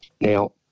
Now